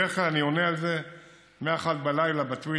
בדרך כלל אני עונה על זה מ-01:00 בטוויטר,